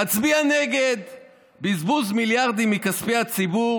אצביע נגד"; "בזבוז מיליארדים מכספי הציבור